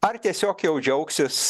ar tiesiog jau džiaugsis